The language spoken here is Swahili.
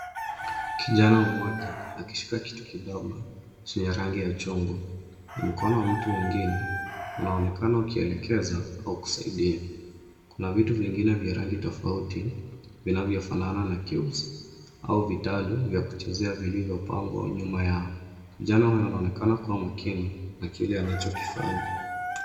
Kijana mmoja akishika kitu kidogo chenye rangi ya chungwa. Mkono wa mtu mwengine unaonekana ukielekeza au kusaidia. Kuna vitu vingine vya rangi tofauti vinavyofanana na cubes au vitalu vya kuchezea vilivyopangwa nyuma yao. Kijana huyu anaonekana kuwa makini na kile anachokifanya.